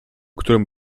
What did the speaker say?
którą